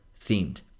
themed